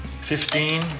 Fifteen